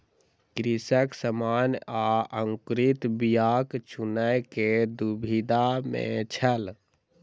कृषक सामान्य आ अंकुरित बीयाक चूनअ के दुविधा में छल